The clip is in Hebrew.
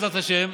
בעזרת השם,